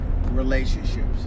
relationships